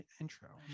intro